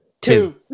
two